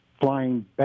flying